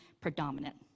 predominant